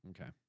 Okay